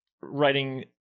writing